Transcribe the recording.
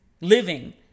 living